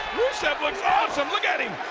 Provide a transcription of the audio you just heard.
rusev looks awesome look at him.